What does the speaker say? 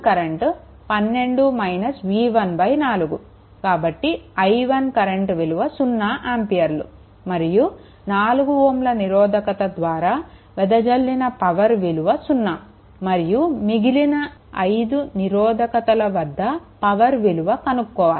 కాబట్టి i1 current విలువ 0 ఆంపియర్లు మరియు 4 Ω నిరోధకం ద్వారా వెదజల్లిన పవర్ విలువ 0 మరియు మిగిలిన 5 నిరోధకతల వద్ద పవర్ విలువ కనుక్కోవాలి